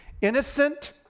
innocent